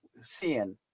seeing